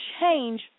change